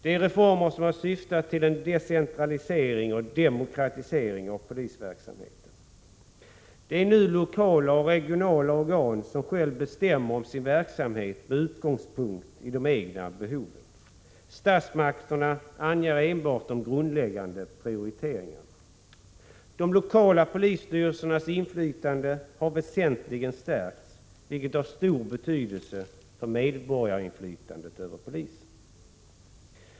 Det är reformer som har syftat till en decentralisering och en demokratisering av polisverksamheten. Det är nu lokala och regionala organ som själva bestämmer om sin verksamhet med utgångspunkt i de egna behoven. Statsmakterna anger enbart de grundläggande prioriteringarna. De lokala polisstyrelsernas inflytande har väsentligen stärkts, vilket har stor betydelse för medborgarinflytandet över polisen.